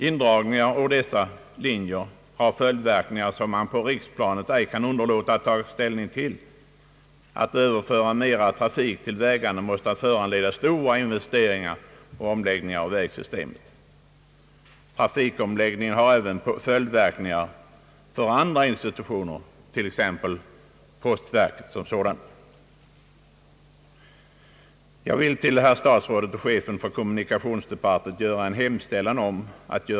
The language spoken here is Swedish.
Indragningar på dessa linjer får dock följdverkningar, som man på riksplanet inte kan underlåta att ta ställning till. Att överföra mera trafik till landsvägarna måste föranleda stora investeringar och omläggningar i vägsystemet. En sådan trafikomläggning får även följdverkningar för andra institutioner, t.ex. postverket.